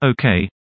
Okay